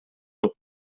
жок